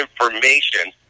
information